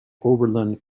oberlin